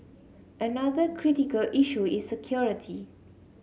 another critical issue is security